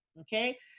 okay